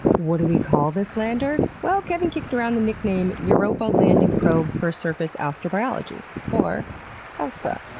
what do we call this lander? well, kevin kicked around the nickname europa landing probe for surface astrobiology or elsa.